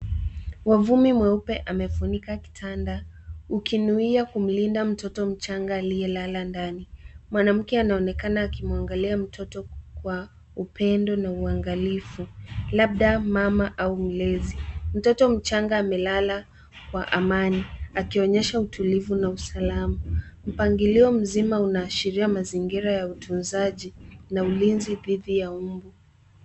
Wavumi mweupe amefunika kitanda, ukinuia kumlinda mtoto mchanga aliye lala ndani. Mwanamke anaonekana akimwangalia mtoto kwa upendo na uangalifu, labda mama au mlezi. Mtoto mchanga amelala Kwa amani akionyesha utuluvu na usalama. Mpangilio mzima unaashiria mazingira ya utunzaji na ulinzi thiti ya mbu.